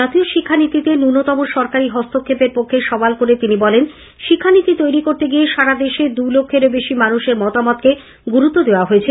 জাতীয় শিক্ষানীতিতে ন্যনতম সরকারি হস্তক্ষেপের পক্ষে সওয়াল করে তিনি বলেন শিক্ষানীতি তৈরি করতে গিয়ে সারা দেশে দুলক্ষের বেশি মানুষের মতামতকে গুরুত্ব দেওয়া হয়েছে